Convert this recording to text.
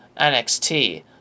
NXT